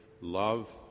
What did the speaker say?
love